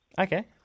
Okay